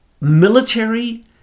military